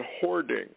hoarding